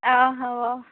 অঁ হ'ব